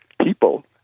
people